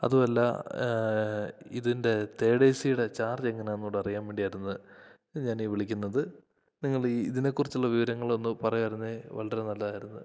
അതുമല്ല ഇതിൻ്റെ തേഡേസിയുടെ ചാർജ് എങ്ങനെയാണെന്നുകൂടെ അറിയാൻ വേണ്ടിയാരുന്നു ഞാനീ വിളിക്കുന്നത് നിങ്ങള് ഈ ഇതിനെക്കുറിച്ചുള്ള വിവരങ്ങളൊന്നു പറയുകയായിരുന്നെങ്കില് വളരെ നല്ലതായിരുന്നു